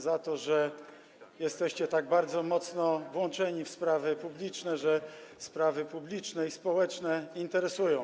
za to, że jesteście tak bardzo mocno włączeni w sprawy publiczne, że sprawy publiczne i społeczne was interesują.